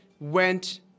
went